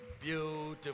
Beautiful